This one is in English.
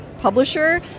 publisher